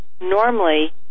Normally